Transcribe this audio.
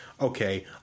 okay